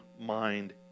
mind